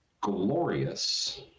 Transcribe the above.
glorious